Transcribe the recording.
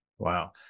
Wow